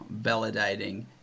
validating